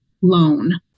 loan